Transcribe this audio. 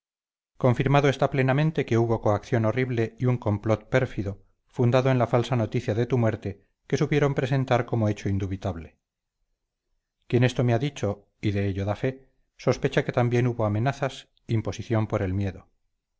confirmado está plenamente que hubo coacción horrible y un complot pérfido fundado en la falsa noticia de tu muerte que supieron presentar como hecho indubitable quien esto me ha dicho y de ello da fe sospecha que también hubo amenazas imposición por el miedo